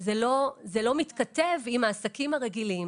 זה לא מתכתב עם העסקים הרגילים